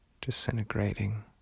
disintegrating